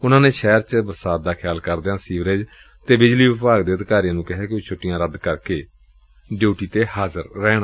ਉਨੁਾ ਨੇ ਸ਼ਹਿਰ ਚ ਬਰਸਾਤ ਦਾ ਖਿਆਲ ਕਰਦਿਆਂ ਸੀਵਰੇਜ ਅਤੇ ਬਿਜਲੀ ਵਿਭਾਗ ਦੇ ਅਧਿਕਾਰੀਆਂ ਨੂੰ ਕਿਹੈ ਕਿ ਉਹ ਛੁੱਟੀਆਂ ਰੱਕ ਕਰਕੇ ਡਿਉਟੀ ਤੇ ਹਾਜ਼ਰ ਰਹਿਣ